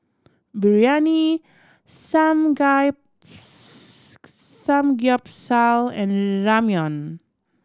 Biryani Samgyeopsal and Ramyeon